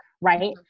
right